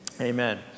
amen